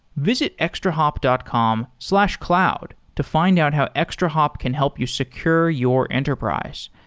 visit extrahop dot com slash cloud to find out how extrahop can help you secure your enterprise.